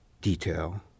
detail